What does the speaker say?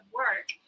work